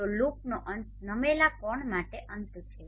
તો લૂપનો અંત નમેલા કોણ માટે અંત છે